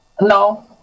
No